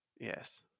Yes